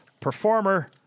Performer